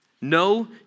no